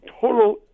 total